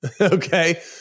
Okay